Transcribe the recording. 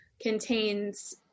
contains